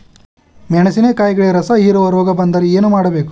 ಮೆಣಸಿನಕಾಯಿಗಳಿಗೆ ರಸಹೇರುವ ರೋಗ ಬಂದರೆ ಏನು ಮಾಡಬೇಕು?